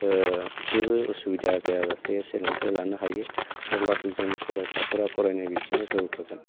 जेबो असुबिदा जायाजासे सोलोंथाइ लानो हायो अब्लासो जोंनि फरायसाफोरा फरायनाय बिथिङाव जौगागोन